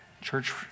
Church